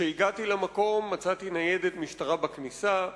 כשהגעתי למקום מצאתי ניידת משטרה בכניסה,